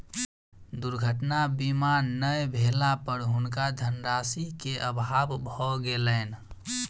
दुर्घटना बीमा नै भेला पर हुनका धनराशि के अभाव भ गेलैन